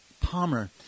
Palmer